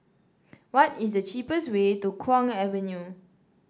what is the cheapest way to Kwong Avenue